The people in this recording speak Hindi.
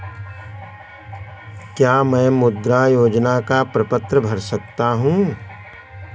क्या मैं मुद्रा योजना का प्रपत्र भर सकता हूँ?